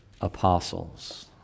apostles